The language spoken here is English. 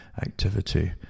activity